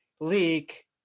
leak